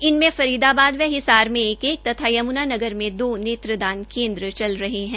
इनमे फरीदाबाद व हिसार में एक एक तथा यम्नानगर मे दो नेत्रदान केन्द्र चल रहे है